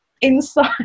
inside